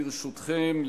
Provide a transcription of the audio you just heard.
ברשותכם,